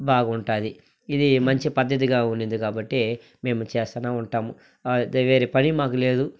బాగుంటుంది ఇది మంచి పద్దతిగా ఉన్నింది కాబట్టి మేము చేస్తానే ఉంటాం వేరే పని మాకు లేదు